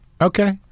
Okay